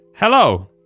Hello